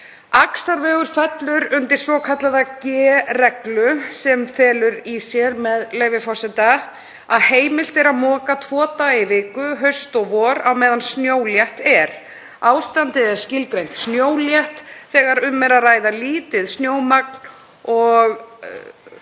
Axarvegur fellur undir svokallaða G-reglu sem felur í sér, með leyfi forseta, að heimilt sé að moka tvo daga í viku haust og vor á meðan snjólétt er. Ástandið er skilgreint snjólétt þegar um er að ræða lítið snjómagn og